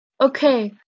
okay